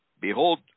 Behold